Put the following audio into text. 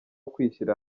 kwishyira